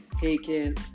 taken